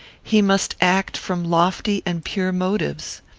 he must act from lofty and pure motives.